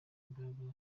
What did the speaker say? imbaraga